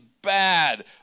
bad